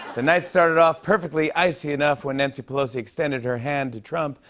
the night started off perfectly icy enough when nancy pelosi extended her hand to trump,